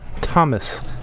Thomas